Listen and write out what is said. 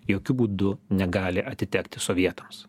jokiu būdu negali atitekti sovietams